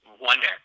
wonder